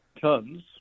tons